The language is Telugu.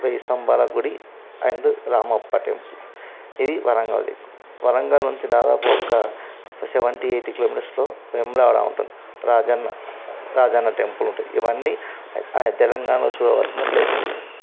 వేయి స్తంభాల గుడి అండ్ రామప్ప టెంపుల్ ఇవి వరంగల్ది వరంగల్ నుంచి దాదాపు ఒక్క సెవెంటీ ఎయిటీ కిలోమీటర్స్లో వేములవాడ ఉంటుంది రాజన్న రాజన్న టెంపుల్ ఉంటుంది ఇవన్నీ తెలంగాణలో చూడవలసిన ప్లేసెస్